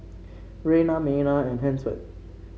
Rayna Maynard and Hansford